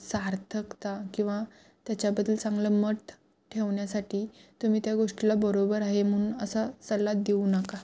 सार्थकता किंवा त्याच्याबद्दल चांगलं मत ठेवण्यासाठी तुम्ही त्या गोष्टीला बरोबर आहे म्हणून असा सल्ला देऊ नका